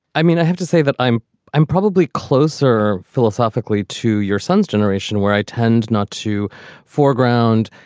i mean, i have to say that i'm i'm probably closer philosophically to your son's generation, where i tend not to foreground